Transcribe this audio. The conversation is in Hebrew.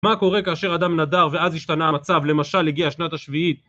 מה קורה כאשר אדם נדר ואז השתנה המצב? למשל, הגיע שנת השביעית.